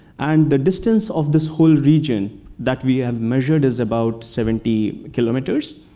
and the distance of this whole region that we have measured is about seventy kilometers.